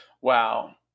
Wow